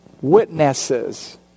witnesses